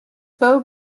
beau